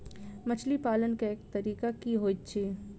मछली पालन केँ तरीका की होइत अछि?